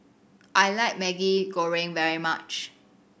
I like Maggi Goreng very much